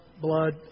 blood